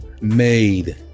made